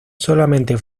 solamente